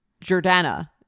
Jordana